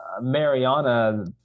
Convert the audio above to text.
Mariana